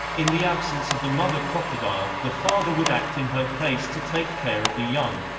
in the absence of the mother crocodile, the father would act in her place to take care of the young.